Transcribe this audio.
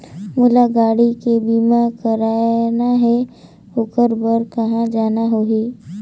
मोला गाड़ी के बीमा कराना हे ओकर बार कहा जाना होही?